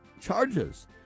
charges